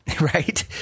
Right